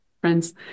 friends